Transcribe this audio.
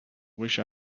wish